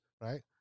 right